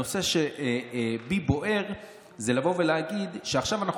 הנושא שבי בוער זה להגיד שעכשיו אנחנו